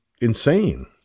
insane